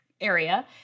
area